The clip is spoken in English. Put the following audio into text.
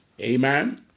Amen